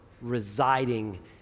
residing